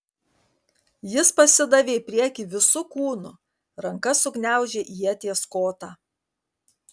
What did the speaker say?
jis pasidavė į priekį visu kūnu ranka sugniaužė ieties kotą